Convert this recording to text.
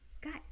Guys